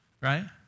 Right